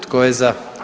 Tko je za?